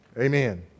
Amen